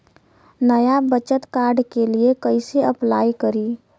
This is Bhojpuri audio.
नया बचत कार्ड के लिए कइसे अपलाई करी?